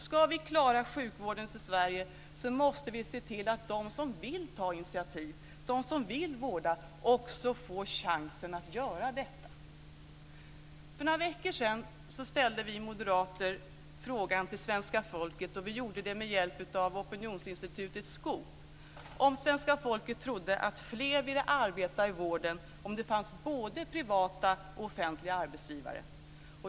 Om vi ska klara sjukvården i Sverige måste vi se till att de som vill ta initiativ, de som vill vårda, också får chansen att göra detta. För några veckor sedan ställde vi moderater en fråga till svenska folket. Vi gjorde det med hjälp av opinionsinstitutet Skop. Vi frågade om svenska folket trodde att fler vill arbeta i vården om det finns både privata och offentliga arbetsgivare.